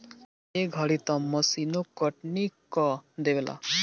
ए घरी तअ मशीनो कटनी कअ देवेला